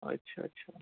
اچھا اچھا